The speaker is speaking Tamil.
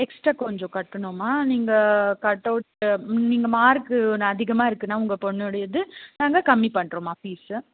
எக்ஸ்ட்ரா கொஞ்சம் கட்டணும்மா நீங்கள் கட்டவிட்டு நீங்கள் மார்க்கு கொஞ்சம் அதிகமாக இருக்குன்னா உங்கள் பொண்ணுடையது நாங்கள் கம்மி பண்ணுறோம்மா ஃபீஸ்ஸு